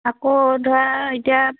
আকৌ ধৰা এতিয়া